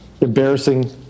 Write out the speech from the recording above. embarrassing